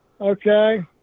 Okay